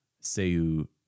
Seu